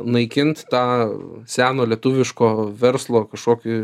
naikint tą seno lietuviško verslo kažkokį